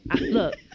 Look